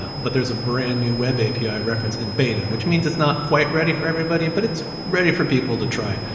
but there's a brand new web api reference in beta, which means it's not quite ready for everybody, but it's ready for people to try.